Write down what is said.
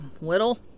whittle